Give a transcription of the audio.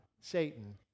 Satan